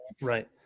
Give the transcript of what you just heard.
right